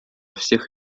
всех